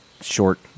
short